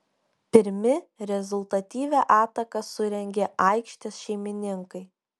pirmi rezultatyvią ataką surengė aikštės šeimininkai